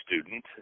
student